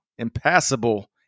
impassable